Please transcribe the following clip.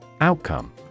Outcome